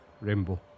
rainbow